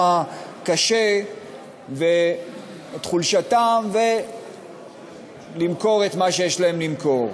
הקשה ואת חולשתם ולמכור את מה שיש להם למכור.